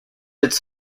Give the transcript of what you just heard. its